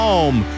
Home